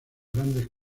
grandes